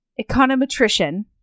econometrician